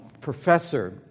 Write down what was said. professor